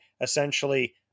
essentially